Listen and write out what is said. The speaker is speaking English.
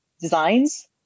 designs